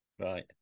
Right